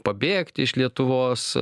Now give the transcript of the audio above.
pabėgti iš lietuvos